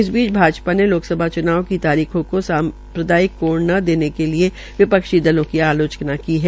इसी बीच भाजपा ने लोकसभा च्नाव की तारीखों केा सामप्रादियक कोण देने के लिये विपक्षी दलों की आलोचना की है